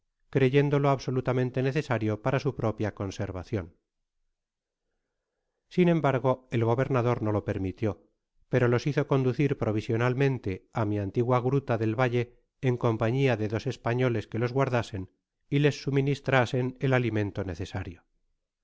creyéndolo absolutamente necesario para su propia conservacion sin embargo él gobernador no lo permitió pero los hizo conducir provisionalmente á mi antigua gruta del valle en compañia de dos españoles que los guardasen y les suministrasen el alimento necesario